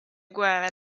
guerre